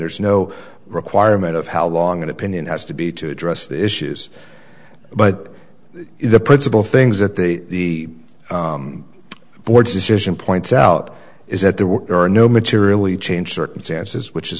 there's no requirement of how long an opinion has to be to address the issues but the principle things that the board's decision points out is that there were no materially changed circumstances which is